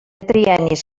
triennis